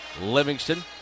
Livingston